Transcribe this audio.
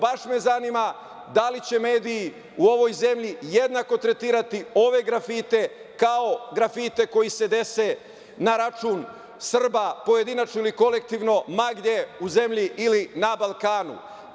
Baš me zanima da li će mediji u ovoj zemlji jednako tretirati ove grafite kao grafite koji se dese na račun Srba, pojedinačno ili kolektivno, ma gde u zemlji ili na Balkanu.